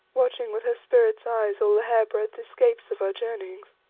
watching with her spirit's eyes all the hair-breadth escapes of our journeyings?